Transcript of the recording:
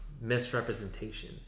misrepresentation